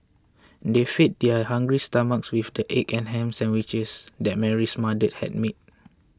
they fed their hungry stomachs with the egg and ham sandwiches that Mary's mother had made